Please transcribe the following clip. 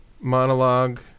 monologue